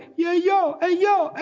yo, yo, ah yo,